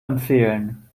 empfehlen